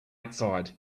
outside